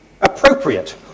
appropriate